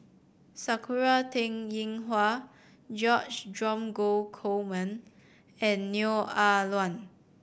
Sakura Teng Ying Hua George Dromgold Coleman and Neo Ah Luan